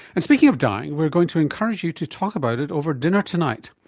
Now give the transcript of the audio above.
and speaking of dying, we are going to encourage you to talk about it over dinner tonight.